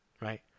right